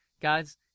guys